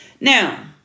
now